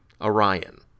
Orion